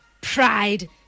Pride